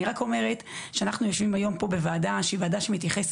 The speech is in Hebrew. אני רק אומרת שאנחנו יושבים היום פה בוועדה שהיא ועדה שמתייחסת